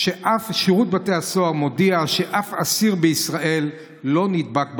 שירות בתי הסוהר מודיע שאף אסיר בישראל לא נדבק בקורונה.